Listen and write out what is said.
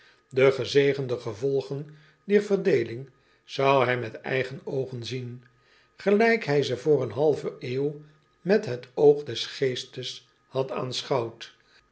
de gezegende gevolgen dier verdeeling zou hij met eigen oogen zien gelijk hij ze vr een halve eeuw met het oog des geestes had aanschouwd